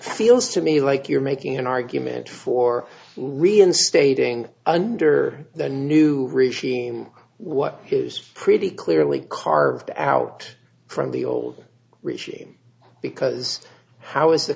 feels to me like you're making an argument for reinstating under the new regime what is pretty clearly carved out from the old regime because how is the